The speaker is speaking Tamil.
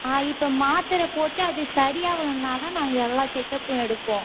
ஆ இப்போ மாத்தரை போட்டு அது சரி ஆகலனா தான் நாங்கள் எல்லாம் செக்கப்பும் எடுப்போம்